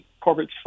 corporate